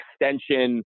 extension